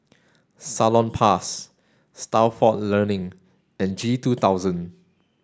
Salonpas Stalford Learning and G two thousand